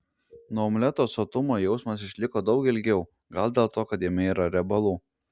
nuo omleto sotumo jausmas išliko daug ilgiau gal dėl to kad jame yra riebalų